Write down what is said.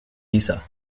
lisa